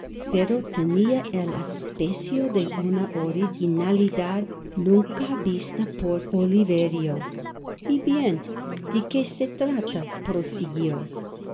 pero tenia el aspeclo de una originalidad nunca vista por oliverio y bien deque se trata prosiguió